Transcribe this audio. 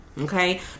Okay